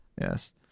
Yes